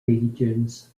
regions